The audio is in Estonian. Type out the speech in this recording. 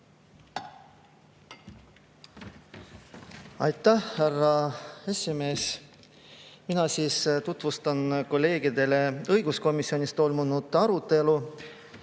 Aitäh, härra esimees! Mina tutvustan kolleegidele õiguskomisjonis toimunud arutelu